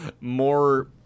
more